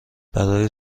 برای